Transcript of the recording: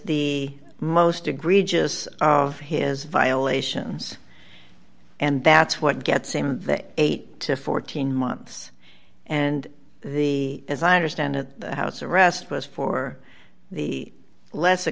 the most egregious of his violations and that's what gets eight to fourteen months and the as i understand it the house arrest was for the less